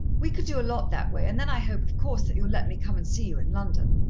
we could do a lot that way, and then i hope, of course, that you'll let me come and see you in london.